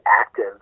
active